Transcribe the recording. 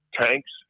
tanks